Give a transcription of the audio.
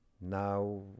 Now